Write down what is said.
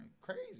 crazy